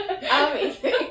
Amazing